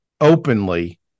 openly